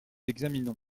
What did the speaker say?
examinons